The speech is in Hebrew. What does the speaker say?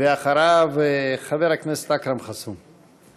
ואחריו, חבר הכנסת אכרם חסון.